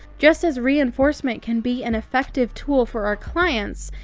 just as reinforcement can be an effective tool for our clients,